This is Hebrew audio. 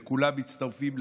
וכולם מצטרפים לעניין,